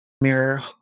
mirror